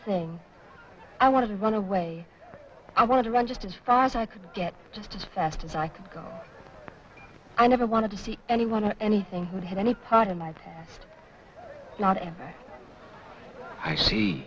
thing i wanted to run away i wanted to run just as far as i could get just as fast as i could go i never want to see anyone or anything who had any part of my past not ever i see